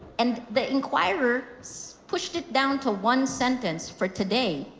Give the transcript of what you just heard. and the enquirer pushed it down to one sentence for today.